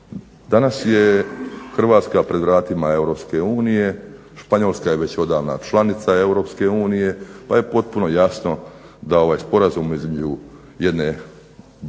Danas je Hrvatska pred vratima EU, Španjolska je odavno članica EU, pa je potpuno jasno da je ovaj sporazum jedne buduće